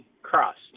Crust